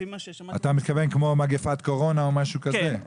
אתה מתכוון כמו מגפת קורונה או משהו כזה.